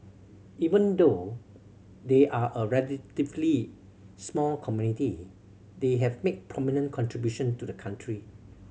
even though they are a relatively small community they have made prominent contribution to the country